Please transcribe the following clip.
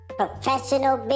professional